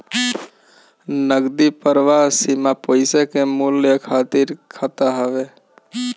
नगदी प्रवाह सीमा पईसा के मूल्य खातिर खाता हवे